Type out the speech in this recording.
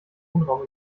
wohnraum